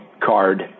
card